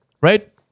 right